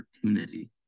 opportunity